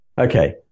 Okay